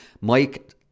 Mike